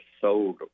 sold